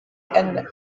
and